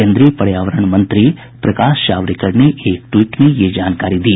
केन्द्रीय पर्यावरण मंत्री प्रकाश जावडेकर ने एक ट्वीट में यह जानकारी दी